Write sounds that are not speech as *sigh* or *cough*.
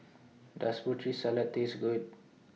Does Putri Salad Taste Good *noise*